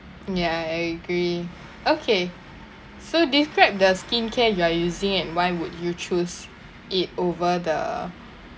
ya I agree okay so describe the skincare you are using and why would you choose it over the